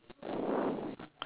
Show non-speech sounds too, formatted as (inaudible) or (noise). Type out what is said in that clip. (breath)